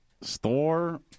store